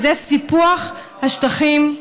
וזה סיפוח השטחים,